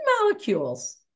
molecules